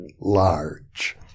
large